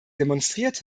demonstriert